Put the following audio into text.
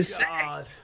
God